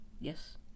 yes